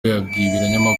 yabwiye